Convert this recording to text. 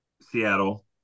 Seattle